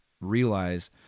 realize